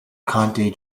county